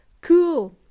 Cool